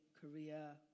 Korea